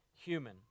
human